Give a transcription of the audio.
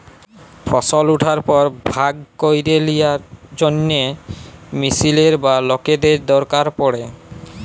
ফসল উঠার পর ভাগ ক্যইরে লিয়ার জ্যনহে মেশিলের বা লকদের দরকার পড়ে